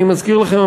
אני מזכיר לכם,